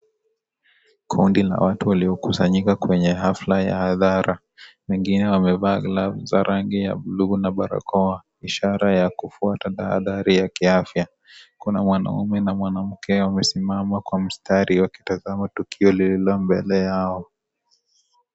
Kundi la watu waliokusanyika kwenye hafla ya hadhara, wengine wamevaa glove za rangi ya blue na balakoa, ishara ya kufuata tahadhari ya kiafya. Kuna mwanaume na mwanaume wamesimama kwa mstari wakitazama tukio lililo mbele yao.